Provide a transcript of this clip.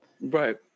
Right